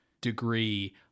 degree